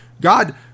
God